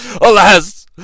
alas